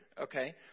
okay